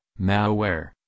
malware